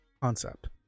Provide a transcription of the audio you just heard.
concept